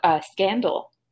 scandal